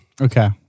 Okay